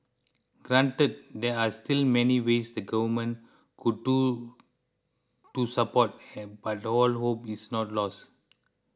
granted there are still many ways the government could do to support and but all hope is not lost